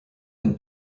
than